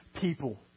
people